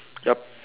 yup